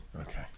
okay